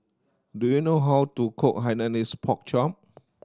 do you know how to cook Hainanese Pork Chop